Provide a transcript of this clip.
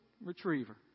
Retriever